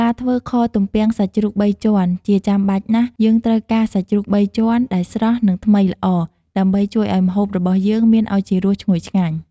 ក្នុងការធ្វើខទំពាំងសាច់ជ្រូកបីជាន់ ជាចាំបាច់ណាស់ យើងត្រូវការសាច់ជ្រូកបីជាន់ ដែលស្រស់ និងថ្មីល្អ ដើម្បីជួយឱ្យម្ហូបរបស់យើងមានឱជារសឈ្ងុយឆ្ងាញ់។